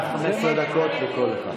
עד 15 דקות לכל אחד.